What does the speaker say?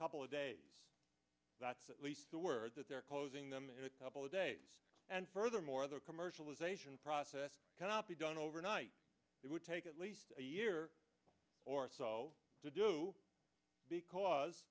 couple of days that's the word that they're closing them in a couple of days and furthermore the commercialization process cannot be done overnight it would take at least a year or so to do because